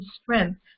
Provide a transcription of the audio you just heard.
strength